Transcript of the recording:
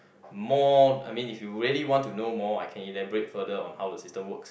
more I mean if you really want to know more I can elaborate further on how the system works